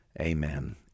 Amen